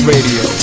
Radio